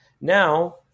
Now